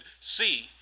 see